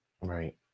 Right